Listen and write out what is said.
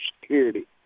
Security